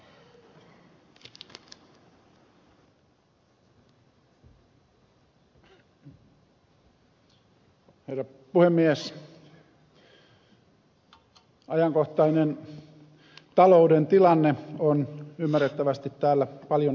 ajankohtainen talouden tilanne on ymmärrettävästi täällä paljon esillä